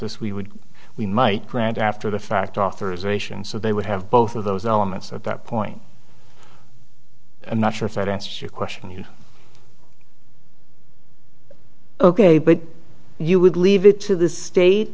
this we would we might grant after the fact authorization so they would have both of those elements at that point i'm not sure if that answers your question you know ok but you would leave it to the state